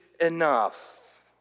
enough